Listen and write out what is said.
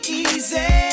easy